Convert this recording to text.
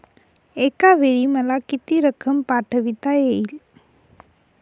एकावेळी मला किती रक्कम पाठविता येईल?